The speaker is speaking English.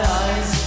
eyes